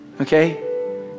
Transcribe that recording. okay